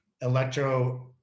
electro